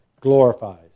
glorifies